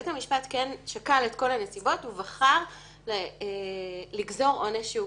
בית המשפט כן שקל את הנסיבות ובחר לגזור עונש כבד.